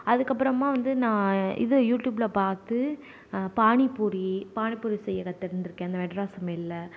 அதுக்கு அப்புறமா வந்து நான் இது யூடியூப்ல பார்த்து பானிபூரி பானிபூரி செய்ய கற்றுருந்துருக்கன் இந்த மெட்ராஸ் சமையல்ல